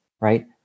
Right